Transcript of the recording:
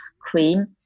cream